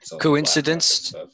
coincidence